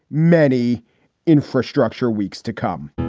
many infrastructure weeks to come.